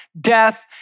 death